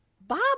bob